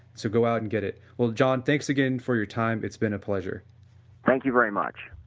so go out and get it. well, john thanks again for your time. it's been a pleasure thank you very much